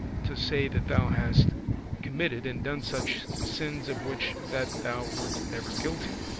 to say that thou hast committed and done such sins of which that thou wert never guilty.